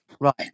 Right